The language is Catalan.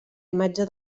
imatge